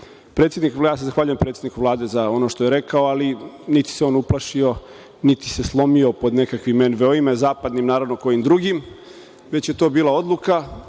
Zahvaljujem se predsedniku Vlade za ono što je rekao, ali niti se on uplašio, niti se slomio pod nekakvim NVO, zapadnim, naravno kojim drugim, već je to bila odluka